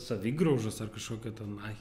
savigraužos ar kažkokio ten ai